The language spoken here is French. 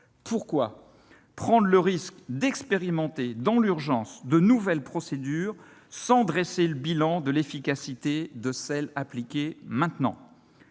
Pourquoi prendre le risque d'expérimenter, dans l'urgence, de nouvelles procédures sans dresser le bilan de l'efficacité de celles appliquées maintenant ?